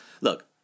Look